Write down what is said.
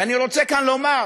ואני רוצה כאן לומר